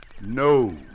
No